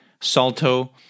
Salto